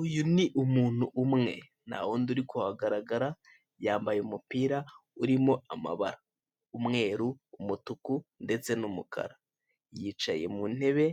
Uyu ni umuntu umwe ntawundi uri kuhagaragara. Yambaye umupira urimo amabara: umweru, umutuku ndetse n'umukara. Yicaye mu ntebe